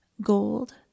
Gold